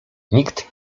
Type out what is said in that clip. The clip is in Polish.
nikt